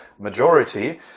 majority